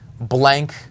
Blank